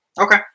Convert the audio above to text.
Okay